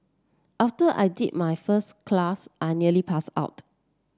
after I did my first class I nearly passed out